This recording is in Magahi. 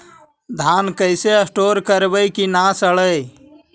धान कैसे स्टोर करवई कि न सड़ै?